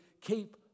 keep